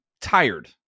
tired